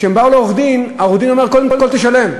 כשהם באו לעורך-דין העורך-דין אמר: קודם כול תשלם,